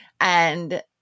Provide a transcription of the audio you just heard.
and-